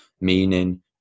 meaning